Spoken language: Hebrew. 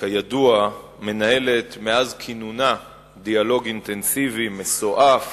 שכידוע מנהלת מאז כינונה דיאלוג אינטנסיבי, מסועף